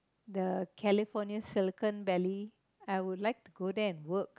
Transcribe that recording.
the Californian Silicon Valley I would like to go there and work